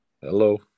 hello